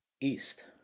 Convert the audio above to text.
east